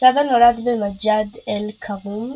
סבע נולד במג'ד אל-כרום,